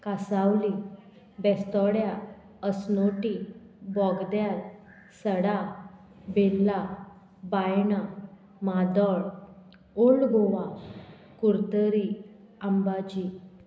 कासावली बेस्थोड्या असनोटी बोगद्याल सडा बेल्ला बायणा मादो ओल्ड गोवा कुर्तरी आंबाजी